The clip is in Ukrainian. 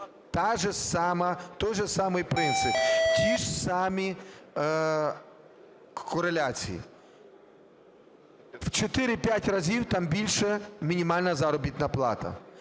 ж самі кореляції. В 4-5 разів там більше мінімальна заробітна плата,